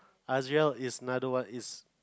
is another one is